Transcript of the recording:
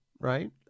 right